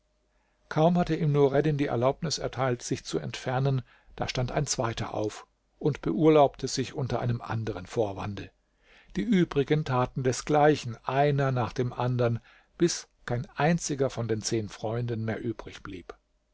kaum hatte ihm nureddin die erlaubnis erteilt sich zu entfernen da stand ein zweiter auf und beurlaubte sich unter einem anderen vorwande die übrigen taten desgleichen einer nach dem andern bis kein einziger von den zehn freunden mehr übrig blieb